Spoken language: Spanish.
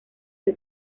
fue